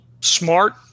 smart